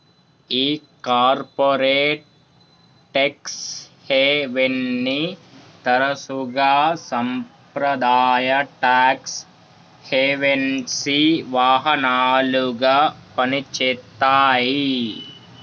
ఈ corporate tax హేవెన్ని తరసుగా సాంప్రదాయ టాక్స్ హెవెన్సి వాహనాలుగా పని చేత్తాయి